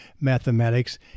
mathematics